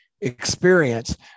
experience